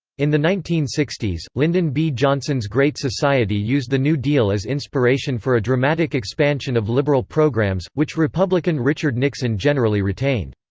in the nineteen sixty s, lyndon b. johnson's great society used the new deal as inspiration for a dramatic expansion of liberal programs, which republican richard nixon generally retained.